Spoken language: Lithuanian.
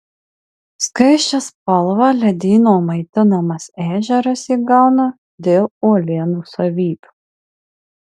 skaisčią spalvą ledyno maitinamas ežeras įgauna dėl uolienų savybių